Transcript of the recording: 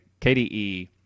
KDE